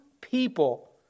people